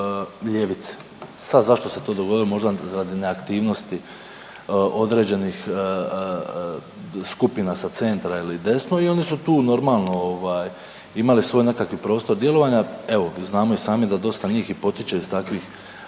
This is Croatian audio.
ljevice. Sad, zašto se to dogodilo, možda radi neaktivnosti određenih skupina sa centra ili desno i onda su tu normalno ovaj imali svoj nekakvi prostor djelovanja, evo, znamo i sami da dosta njih i potiče iz takvih